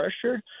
pressure